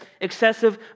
excessive